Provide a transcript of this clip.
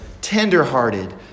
tender-hearted